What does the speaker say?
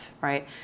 right